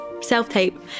self-tape